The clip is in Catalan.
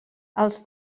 els